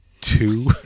two